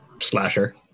Slasher